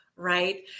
right